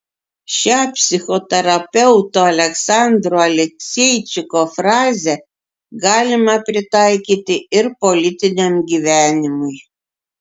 šią psichoterapeuto aleksandro alekseičiko frazę galima pritaikyti ir politiniam gyvenimui